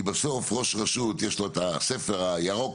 כי בסוף ראש רשות יש לו את הספר הירוק,